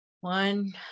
one